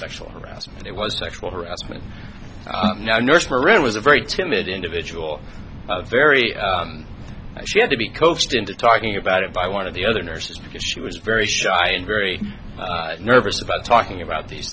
sexual harassment it was sexual harassment now nurse where it was a very timid individual very she had to be coaxed into talking about it by one of the other nurses because she was very shy and very nervous about talking about these